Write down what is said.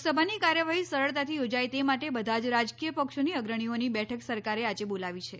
લોકસભાની કાર્યવાહી સરળતાથી યોજાય તે માટે બધા જ રાજકીય પક્ષોની અગ્રણીઓની બેઠક સરકારે આજે બોલાવી છે